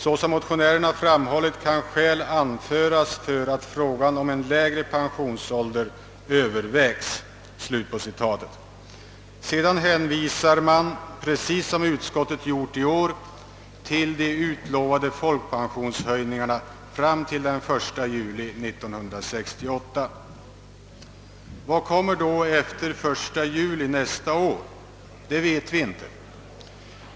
Såsom motionärerna framhållit kan skäl anföras för att frågan om en lägre pensionsålder överväges.» Därefter hänvisas — precis som utskottet gör i år — till de utlovade folkpensionshöjningarna fram till den 1 juli 1968. Vad kommer då efter den 1 juli 1968? Det vet vi inte.